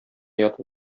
ятып